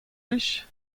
plij